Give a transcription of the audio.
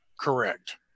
correct